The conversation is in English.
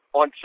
on